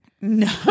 no